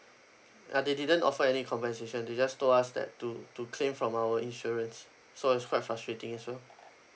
uh they didn't offer any compensation they just told us that to to claim from our insurance so it's quite frustrating as well